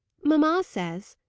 mamma says,